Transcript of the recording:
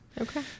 okay